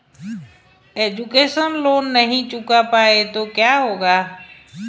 Education loan नहीं चुका पाए तो क्या होगा?